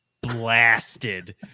blasted